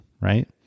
right